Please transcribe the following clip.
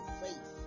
faith